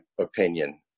opinion